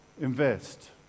invest